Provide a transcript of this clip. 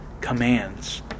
commands